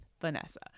Vanessa